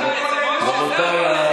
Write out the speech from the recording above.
רבותיי.